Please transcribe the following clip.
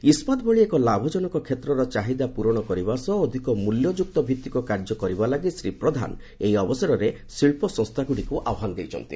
ଇସ୍କାତ ଭଳି ଏକ ଲାଭଜନକ କ୍ଷେତ୍ରର ଚାହିଦା ପୁରଣ କରିବା ସହ ଅଧିକ ମୂଲ୍ୟଯୁକ୍ତ ଭିତ୍ତିକ କାର୍ଯ୍ୟ କରିବା ଲାଗି ଶ୍ରୀ ପ୍ରଧାନ ଏହି ଅବସରରେ ଶିଳ୍ପ ସଂସ୍ଥାଗୁଡ଼ିକୁ ଆହ୍ୱାନ ଦେଇଛନ୍ତି